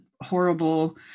horrible